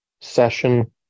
session